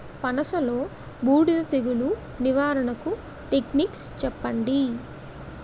పనస లో బూడిద తెగులు నివారణకు టెక్నిక్స్ చెప్పండి?